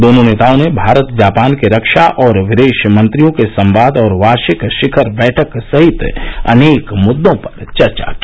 दोनों नेताओं ने भारत जापान के रक्षा और विदेश मंत्रियों के संवाद और वार्षिक शिखर बैठक सहित अनेक मुद्दों पर चर्चा की